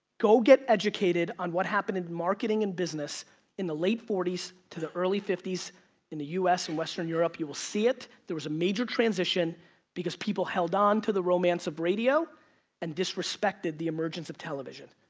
go get educated on what happened in marketing and business in the late forty s so to the early fifty s in the u s. and western europe. you will see it. there was a major transition because people held on to the romance of radio and disrespected the emergence of television.